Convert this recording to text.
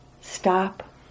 Stop